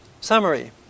Summary